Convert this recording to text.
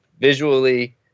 visually